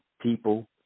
people